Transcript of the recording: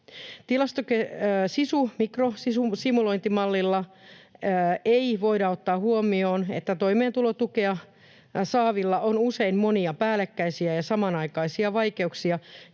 SISU-mikrosimulointimallilla ei voida ottaa huomioon, että toimeentulotukea saavilla on usein monia päällekkäisiä ja samanaikaisia vaikeuksia,